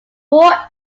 war